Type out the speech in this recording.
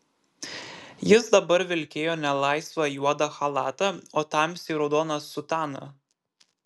jis dabar vilkėjo ne laisvą juodą chalatą o tamsiai raudoną sutaną